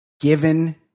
given